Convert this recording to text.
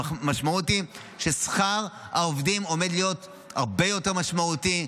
המשמעות היא ששכר העובדים עומד להיות הרבה יותר משמעותי,